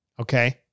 Okay